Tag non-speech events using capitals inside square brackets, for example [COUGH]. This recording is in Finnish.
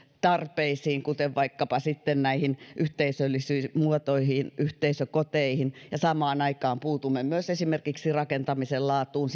tarpeisiin kuten vaikkapa sitten näihin yhteisöllisyysmuotoihin yhteisökoteihin samaan aikaan puutumme myös esimerkiksi rakentamisen laatuun [UNINTELLIGIBLE]